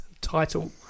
title